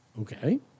Okay